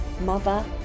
mother